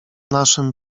naszym